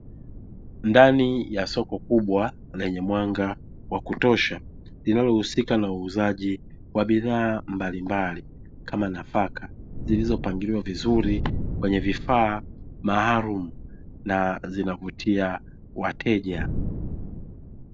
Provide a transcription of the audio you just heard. Ndani ya soko kubwa lenye mwanga wa kutosha, linalohusika na uuzaji wa bidhaa mbalimbali kama nafaka zilizopangiliwa vizuri kwenye vifaa maalumu na zinavutia wateja.